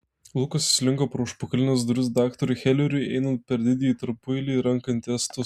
lukas įslinko pro užpakalines duris daktarui heleriui einant per didįjį tarpueilį ir renkant testus